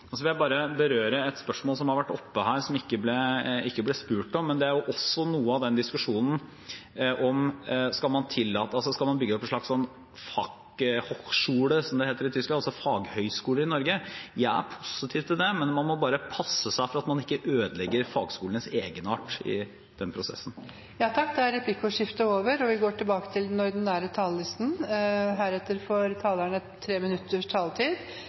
vil jeg bare berøre en sak som har vært oppe her, men som det ikke ble spurt om, og det er også noe av den diskusjonen om man skal bygge opp en slags «fachhochschule», som det heter i Tyskland, altså faghøyskole i Norge. Jeg er positiv til det, men man må bare passe seg for at man ikke ødelegger fagskolenes egenart i den prosessen. Replikkordskiftet er over.